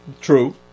True